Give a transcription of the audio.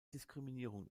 diskriminierung